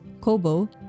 Kobo